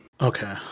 Okay